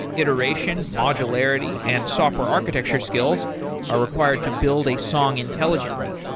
iteration, modularity and software architecture skills are required to build a song intelligently.